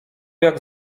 jak